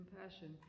compassion